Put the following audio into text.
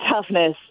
toughness